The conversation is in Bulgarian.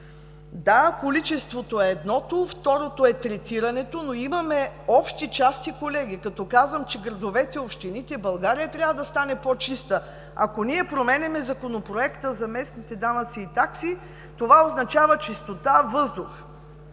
да, количеството е едното, второто е третирането, но имаме общи части, колеги. Като казвам, че градовете, общините, България трябва да стане по-чиста, ако ние променяме Закона за местните данъци и такси, това означава чистота, въздух;